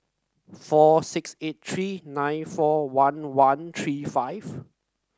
four six eight three nine four one one three five